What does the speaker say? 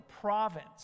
province